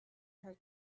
her